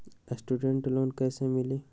Student loan कैसे मिली?